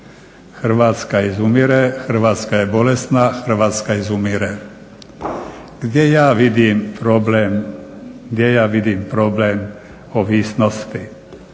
Hrvatska izumire, Hrvatska je bolesna, Hrvatska izumire. Gdje ja vidim problem ovisnosti?